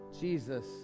Jesus